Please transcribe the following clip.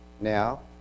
Now